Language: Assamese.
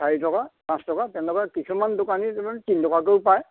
চাৰি টকা পাঁচ টকা তেনেকুৱা কিছুমান দোকানী তিনি টকাতো পাই